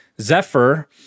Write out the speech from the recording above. Zephyr